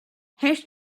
hash